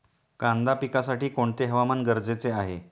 कांदा पिकासाठी कोणते हवामान गरजेचे आहे?